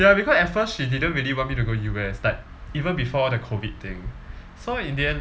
ya because at first she didn't really want me to go U_S like even before the COVID thing so in the end